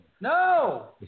No